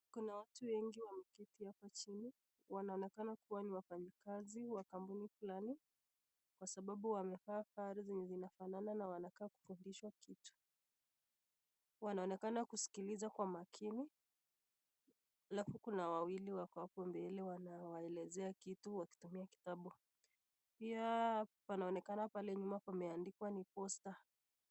Kuna watu wengi wameketi hapa chini, wanaonekana kuwa ni wafanyikazi wa kampuni fulani, kwa sababu wamevaa sare zenye zinafanana na wanakaa kufundishwa kitu. Wanaonekana kusikiliza kwa umakini. Alafu kuna wawili wako hapo mbele wanawaelezea kitu wakitumia kitabu. Pia panaonekana pale nyuma pameandikwa ni posta.